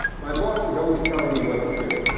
my boss is always telling me what to do.